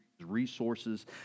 resources